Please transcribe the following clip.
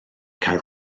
cael